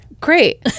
Great